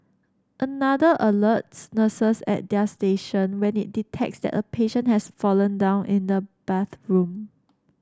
another alerts nurses at their station when it detects that a patient has fallen down in the bathroom